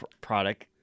product